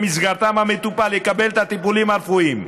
שבמסגרתם המטופל יקבל את הטיפולים הרפואיים.